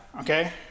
Okay